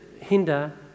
hinder